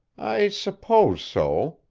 i suppose so,